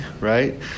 right